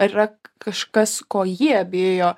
ar yra kažkas ko jie bijo